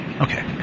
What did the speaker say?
Okay